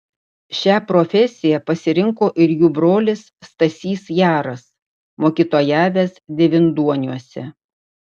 šią profesiją pasirinko ir jų brolis stasys jaras mokytojavęs devynduoniuose